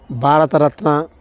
Bharat Ratna